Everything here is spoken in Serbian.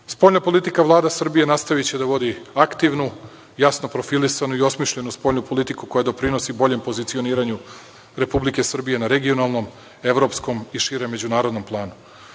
budemo. Spoljnu politiku Vlada Srbije nastaviće da vodi aktivnu, jasno profilisanu i osmišljenu spoljnu politiku koja doprinosi boljem pozicioniranju Republike Srbije na regionalnom, evropskom i širem međunarodnom planu.